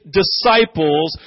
disciples